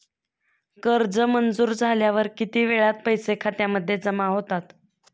कर्ज मंजूर झाल्यावर किती वेळात पैसे खात्यामध्ये जमा होतात?